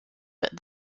but